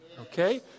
okay